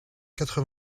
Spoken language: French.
quatre